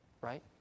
right